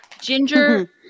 ginger